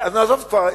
נעזוב כבר,